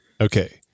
okay